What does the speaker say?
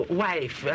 wife